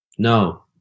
No